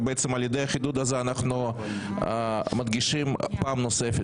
על ידי החידוד הזה אנחנו מדגישים פעם נוספת